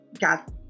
got